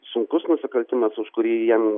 sunkus nusikaltimas už kurį jiem